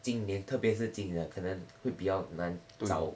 今年特别是今年可能会比较难找